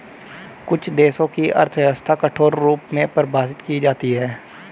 कुछ देशों की अर्थव्यवस्था कठोर रूप में परिभाषित की जाती हैं